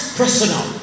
personal